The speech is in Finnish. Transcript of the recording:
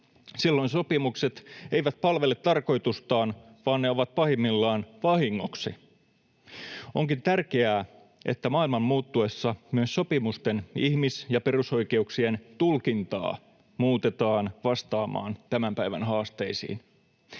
silloin sopimukset eivät palvele tarkoitustaan, vaan ne ovat pahimmillaan vahingoksi. Onkin tärkeää, että maailman muuttuessa myös sopimusten ihmis- ja perusoikeuksien tulkintaa muutetaan vastaamaan tämän päivän haasteisiin.